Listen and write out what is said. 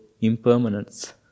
impermanence